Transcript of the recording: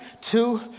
two